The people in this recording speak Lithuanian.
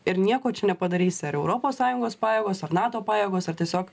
ir nieko čia nepadarysi ar europos sąjungos pajėgos ar nato pajėgos ar tiesiog